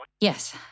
Yes